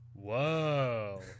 Whoa